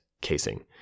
casing